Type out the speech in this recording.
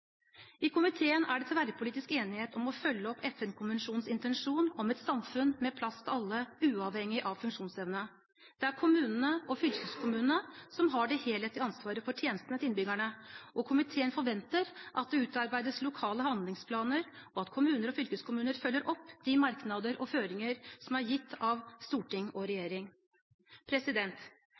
komiteen er det tverrpolitisk enighet om å følge opp FN-konvensjonens intensjon om et samfunn med plass til alle, uavhengig av funksjonsevne. Det er kommunene og fylkeskommunene som har det helhetlige ansvaret for tjenestene til innbyggerne, og komiteen forventer at det utarbeides lokale handlingsplaner, og at kommuner og fylkeskommuner følger opp de merknader og føringer som er gitt av Stortinget og